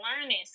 learning